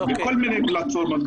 וכל מיני פלטפורמות,